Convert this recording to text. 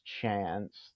chance